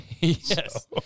Yes